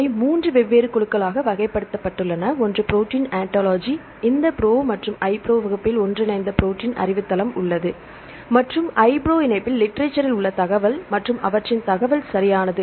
அவை 3 வெவ்வேறு குழுக்களாக வகைப்படுத்தப்பட்டுள்ளன ஒன்று புரோட்டீன் ஆன்டாலஜி இந்த PRO மற்றும் iPro வகுப்பில் ஒருங்கிணைந்த ப்ரோடீன் அறிவுத் தளம் உள்ளது மற்றும் iPro இணைப்பில் லிட்ரேசரில் உள்ள தகவல் மற்றும் அவற்றின் தகவல் சரியானது